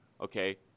okay